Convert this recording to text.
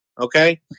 Okay